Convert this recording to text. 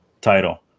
title